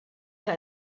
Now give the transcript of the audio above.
què